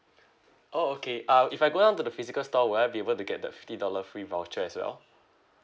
oh okay uh if I go down to the physical store would I be able to get the fifty dollar free voucher as well